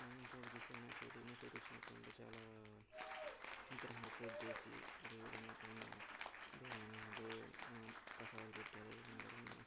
ఇంకొకటి చూస్తే వినాయక చవితి వినాయక చవితి వచ్చినప్పుడు అందరూ చాలా విగ్రహాలకు పూజ చేసి అదేవిధంగా అక్కడున్న దే దేవు ప్రసాదాలు పెట్టి అదేవిధంగా అక్కడున్న